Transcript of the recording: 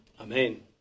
Amen